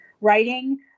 Writing